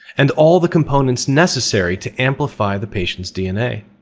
and all the components necessary to amplify the patient's dna.